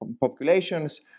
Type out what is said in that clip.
populations